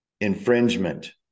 infringement